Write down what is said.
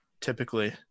typically